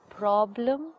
Problem